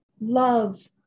love